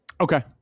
Okay